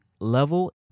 level